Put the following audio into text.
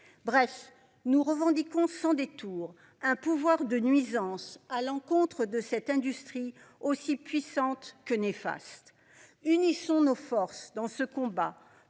Bref, nous revendiquons sans détour un pouvoir de nuisance à l'encontre de cette industrie aussi puissante que néfastes. Unissons nos forces dans ce combat